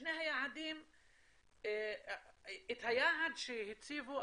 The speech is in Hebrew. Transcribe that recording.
בשני המקרים היעד שהציבו,